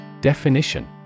Definition